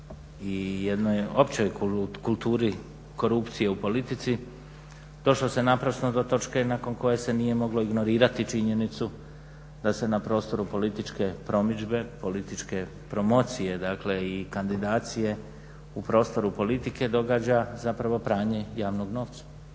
i jednoj općoj kulturi korupcije u politici došlo se naprasno do točke nakon koje se nije moglo ignorirati činjenicu da se na prostoru političke promidžbe, političke promocije i kandidacije u prostoru politike događa zapravo pranje javnog novca.